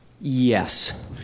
Yes